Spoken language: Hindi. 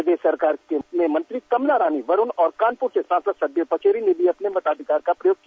प्रदेश सरकार में मंत्री कमला रानी वरुण और कानपुर से सांसद सत्यदेव पचौरी और ने भी अपने मताधिकार का प्रयोग किया